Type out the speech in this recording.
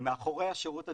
מאחורי השירות הדיגיטלי,